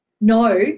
no